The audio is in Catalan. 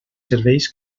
serveis